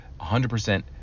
100%